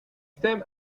stem